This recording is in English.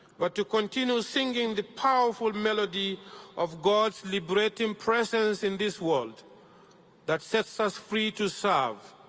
but to continue singing the powerful melody of god's liberating presence in this world that sets us free to serve,